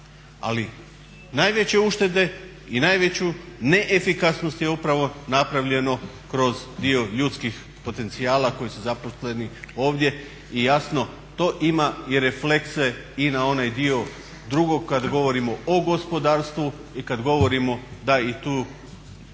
ali najveće uštede i najveću neefikasnost je upravo napravljeno kroz dio ljudskih potencijala koji su zaposleni ovdje i jasno to ima i reflekse i na onaj dio drugog kad govorimo o gospodarstvu i kad govorimo da i tu ni